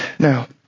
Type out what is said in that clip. Now